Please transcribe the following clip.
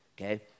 okay